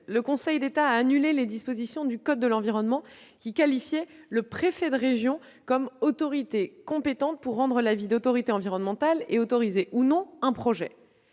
le Conseil d'État a annulé les dispositions du code de l'environnement qui instituaient le préfet de région comme autorité compétente pour rendre l'avis d'autorité environnementale et autoriser ou non un projet.